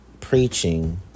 preaching